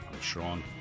Sean